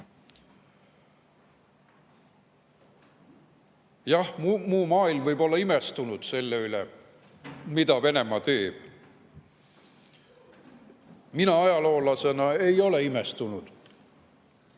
Jah, muu maailm võib olla imestunud selle üle, mida Venemaa teeb. Mina ajaloolasena ei ole imestunud.